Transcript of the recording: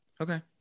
Okay